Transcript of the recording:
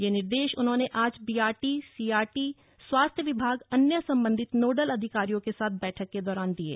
ये निर्देश उन्होंने आज बीआरटी सीआरटी स्वास्थ विभाग अन्य सम्बन्धित नोडल अधिकारियों के साथ बैठक के दौरान दिये